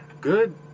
good